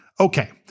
Okay